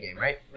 right